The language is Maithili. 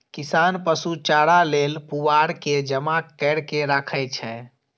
किसान पशु चारा लेल पुआर के जमा कैर के राखै छै